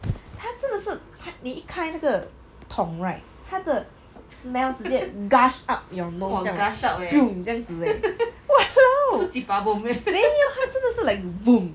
他真的是他你一开那个桶 right 他的 smell 直接 gush up your nose 将 boom 将只 leh !walao! 没有他真的是 like boom